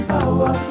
Power